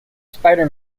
spider